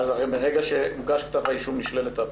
ואז מרגע שהוגש כתב האישום, נשללת האפוטרופסות.